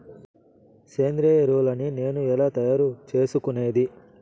సేంద్రియ ఎరువులని నేను ఎలా తయారు చేసుకునేది?